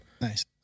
Nice